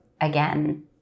again